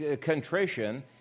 contrition